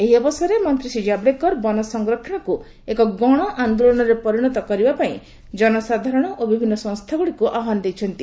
ଏହି ଅବସରରେ ମନ୍ତ୍ରୀ ଶ୍ରୀ ଜାବ୍ଡେକର ବନ ସଂରକ୍ଷଣକୁ ଏକ ଗଣ ଆନ୍ଦୋଳନରେ ପରିଣତ କରିବାପାଇଁ ଜନସାଧାରଣ ଓ ବିଭିନ୍ନ ସଂସ୍ଥାଗୁଡ଼ିକୁ ଆହ୍ୱାନ ଦେଇଛନ୍ତି